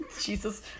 Jesus